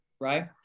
right